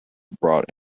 brought